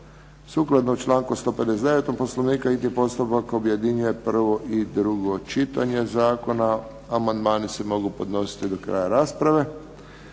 Sukladno članku 159. Poslovnika hitni postupak objedinjuje prvo i drugo čitanje zakona. Amandmani se mogu podnositi do kraja rasprave.